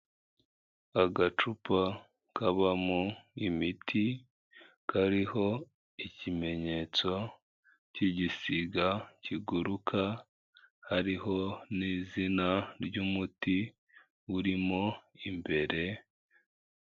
Agacupa kaba mo imiti, kariho ikimenyetso cy'igisiga kiguruka, hariho n'izina ry'umuti urimo imbere.